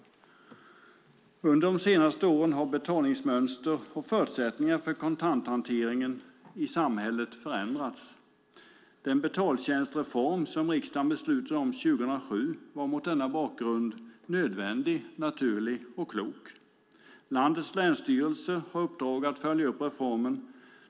Under de senaste åren har betalningsmönster och förutsättningar för kontanthanteringen i samhället förändrats. Den betaltjänstreform som riksdagen beslutade om 2007 var mot denna bakgrund nödvändig, naturlig och klok. Landets länsstyrelser har i uppdrag att följa upp reformen.